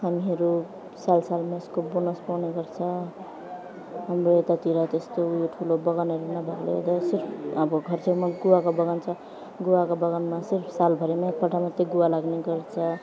हामीहरू सालसालमा यसको बोनस पाउने गर्छौँ हाम्रो यतातिर त्यस्तो उयो ठुलो बगानहरू नभएकोले गर्दा सिर्फ अब घरछेउमा गुवाको बगान छ गुवाको बगानमा सिर्फ सालभरिमा एकपल्ट मात्रै गुवा लाग्ने गर्छ